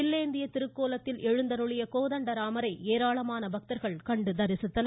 வில்லேந்திய திருக்கோலத்தில் எழுந்தருளிய கோதண்டராமரை ஏராளமான பக்தர்கள் கண்டு தரிசித்தனர்